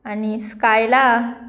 आनी स्कायला